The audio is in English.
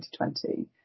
2020